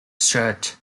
church